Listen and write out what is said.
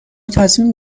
تصمیم